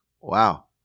wow